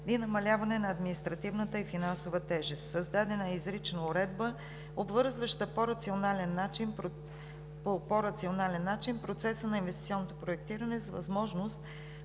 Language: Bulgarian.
и намаляване на административната и финансовата тежест. Създадена е изрична уредба, обвързваща по по-рационален начин процеса на инвестиционното проектиране с възможност